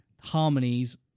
harmonies